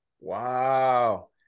Wow